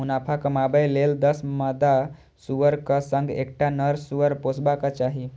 मुनाफा कमाबै लेल दस मादा सुअरक संग एकटा नर सुअर पोसबाक चाही